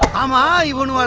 um are you